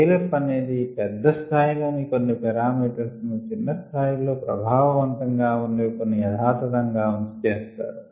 scale up అనేది పెద్ద స్థాయి లోని కొన్ని పారామీటర్స్ ను చిన్న స్థాయి లో ప్రభావ వంతం గా ఉన్నవి కొన్ని యధాతధంగా ఉంచి చేస్తారు